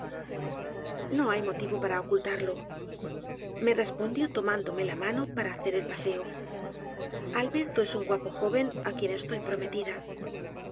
no hay motivo para ocultarlo me respondió tomándome la mano para hacer el paseo alberto es un guapo joven á quien estoy prometida